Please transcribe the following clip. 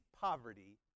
poverty